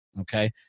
okay